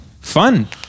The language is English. Fun